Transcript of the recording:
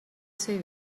ser